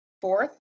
Fourth